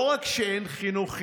לא רק שאין חינוך חינם,